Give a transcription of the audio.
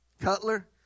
Cutler